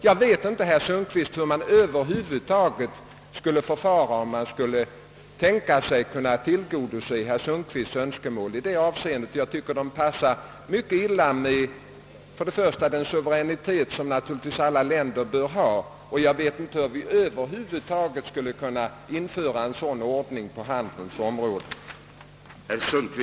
Jag vet inte hur vi över huvud taget skulle kunna införa en sådan ordning på handelns område. Herr Sundkvists önskemål i det avseendet rimmar mycket illa med den suveränitet som alla länder naturligtvis bör ha.